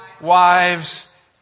wives